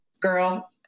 girl